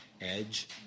edge